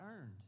earned